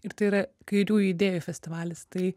ir tai yra kairiųjų idėjų festivalis tai